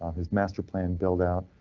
his master plan build out,